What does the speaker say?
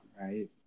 right